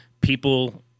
people